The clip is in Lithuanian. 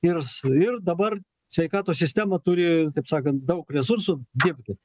ir su ir dabar sveikatos sistema turi taip sakant daug resursų dirbkit